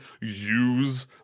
use